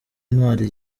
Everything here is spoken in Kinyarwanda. intwari